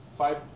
Five